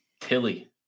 Tilly